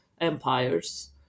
empires